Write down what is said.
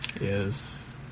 Yes